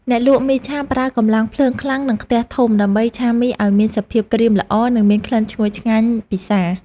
អ្នកលក់មីឆាប្រើកម្លាំងភ្លើងខ្លាំងនិងខ្ទះធំដើម្បីឆាមីឱ្យមានសភាពក្រៀមល្អនិងមានក្លិនឈ្ងុយឆ្ងាញ់ពិសារ។